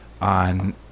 on